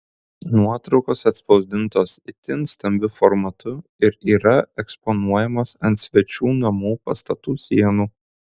nuotraukos atspausdintos itin stambiu formatu ir yra eksponuojamos ant svečių namų pastatų sienų